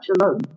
alone